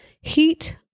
Heat